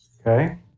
Okay